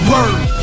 Word